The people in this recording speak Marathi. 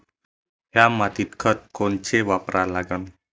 थ्या मातीत खतं कोनचे वापरा लागन?